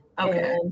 Okay